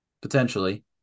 potentially